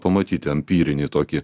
pamatyti empirinį tokį